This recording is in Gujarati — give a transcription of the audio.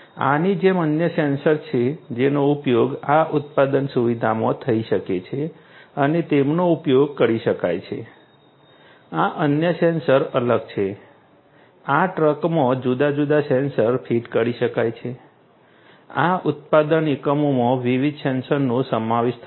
આની જેમ અન્ય સેન્સર્સ છે જેનો ઉપયોગ આ ઉત્પાદન સુવિધામાં જ થઈ શકે છે અને તેનો ઉપયોગ કરી શકાય છે આ અન્ય સેન્સર અલગ છે આ ટ્રકમાં જુદા જુદા સેન્સર ફીટ કરી શકાય છે આ ઉત્પાદન એકમોમાં વિવિધ સેન્સરનો સમાવેશ થશે